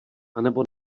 anebo